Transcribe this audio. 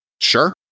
sure